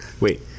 Wait